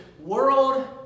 world